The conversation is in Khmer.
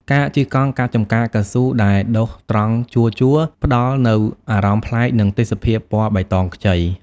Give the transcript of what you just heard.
ការជិះកង់កាត់ចំការកៅស៊ូដែលដុះត្រង់ជួរៗ ផ្តល់នូវអារម្មណ៍ប្លែក និងទេសភាពពណ៌បៃតងខ្ចី។